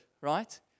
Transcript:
right